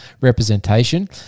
representation